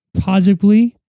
positively